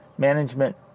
management